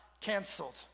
canceled